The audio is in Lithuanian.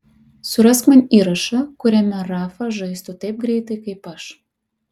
surask man įrašą kuriame rafa žaistų taip greitai kaip aš